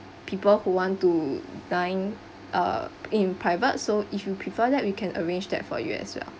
people who want to dine uh in private so if you prefer that we can arrange that for you as well